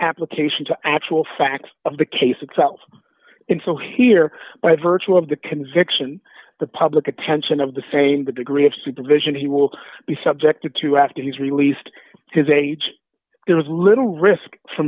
application to actual facts of the case itself and so here by virtue of the conviction the public attention of defame the degree of supervision he will be subjected to after he's released his age there is little risk for